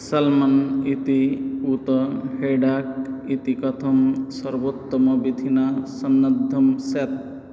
सल्मन् इति उत हेडाक् इति कथं सर्वोत्तमविधिना सन्नद्धं स्यात्